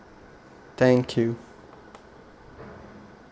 thank you